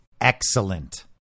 Excellent